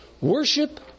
Worship